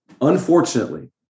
Unfortunately